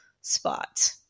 spot